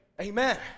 Amen